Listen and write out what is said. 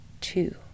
two